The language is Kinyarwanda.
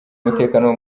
umutekano